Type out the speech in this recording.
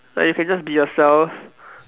like you can just be yourself